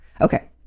okay